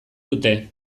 dute